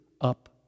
up